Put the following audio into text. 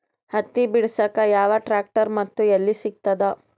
ಹತ್ತಿ ಬಿಡಸಕ್ ಯಾವ ಟ್ರ್ಯಾಕ್ಟರ್ ಮತ್ತು ಎಲ್ಲಿ ಸಿಗತದ?